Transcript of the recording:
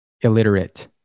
illiterate